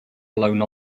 alone